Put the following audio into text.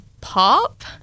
Pop